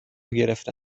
گرفته